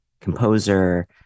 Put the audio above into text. composer